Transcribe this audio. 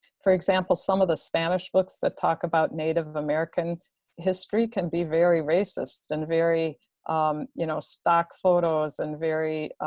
for example, some of the spanish books that talk about native american history can be very racist and very um you know stock photos and very